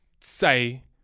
say